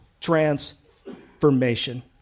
transformation